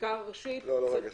חקיקה ראשית --- לא, רגע.